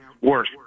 worse